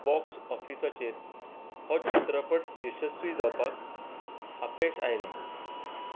box ऑफिसाचेर हो चित्रपट यशस्वी जावपाक अपेस आयलें